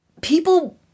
People